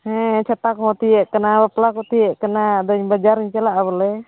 ᱦᱮᱸ ᱪᱷᱟᱛᱟ ᱠᱚᱦᱚᱸ ᱛᱤᱭᱳᱜ ᱟᱠᱟᱱᱟ ᱵᱟᱯᱞᱟ ᱠᱚ ᱛᱤᱭᱳᱜ ᱟᱠᱟᱱᱟ ᱟᱫᱚ ᱵᱟᱡᱟᱨᱤᱧ ᱪᱟᱞᱟᱜᱼᱟ ᱵᱚᱞᱮ